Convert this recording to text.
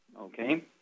okay